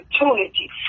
opportunity